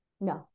No